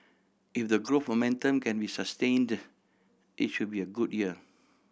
if the growth for momentum can be sustained it should be a good year